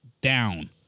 down